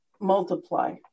multiply